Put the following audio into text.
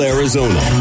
Arizona